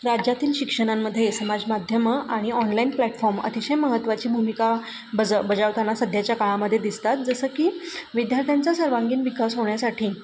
राज्यातील शिक्षणांमध्ये समाजमाध्यमं आणि ऑनलाईन प्लॅटफॉर्म अतिशय महत्वाची भूमिका बज बजावताना सध्याच्या काळामध्ये दिसतात जसं की विद्यार्थ्यांचा सर्वांगीण विकास होण्यासाठी